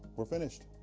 we're finished.